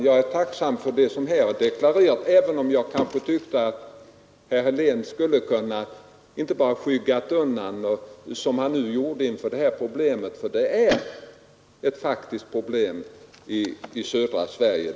Jag är tacksam för det som här är deklarerat, även om jag tyckte att herr Helén inte bara skulle ha skyggat undan, som han nu gjorde, inför det här problemet — för det är ett faktiskt problem i södra Sverige.